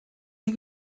sie